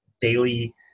daily